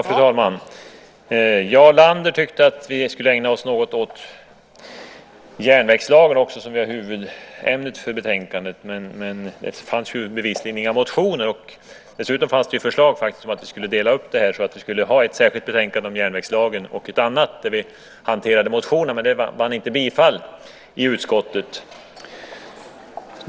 Fru talman! Jarl Lander tyckte att vi skulle ägna oss något åt järnvägslagen, som ju är huvudämnet i betänkandet. Men bevisligen fanns det inga motioner. Dessutom fanns det förslag om en uppdelning så att vi har ett särskilt betänkande om järnvägslagen och ett annat betänkande där vi hanterar motioner. Det förslaget vann dock inte bifall i utskottet.